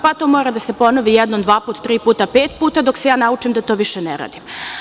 Pa to mora da se ponovi jednom, dvaput, triput, pet puta dok se ja naučim da to više ne radim.